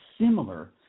similar